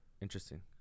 Interesting